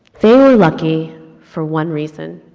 they were lucky for one reason,